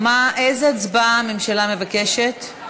איזו הצבעה הממשלה מבקשת?